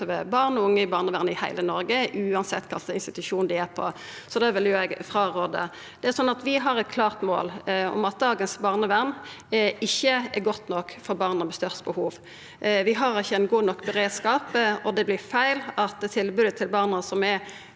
Vi har eit klart mål om at dagens barnevern ikkje er godt nok for barna med størst behov. Vi har ikkje ein god nok beredskap, og det blir feil at tilbodet til barna som har